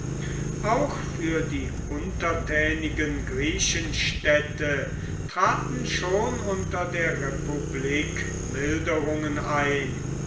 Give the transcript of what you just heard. auch für die untertänigen griechenstädte traten schon unter der republik milderungen ein